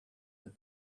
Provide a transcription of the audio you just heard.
had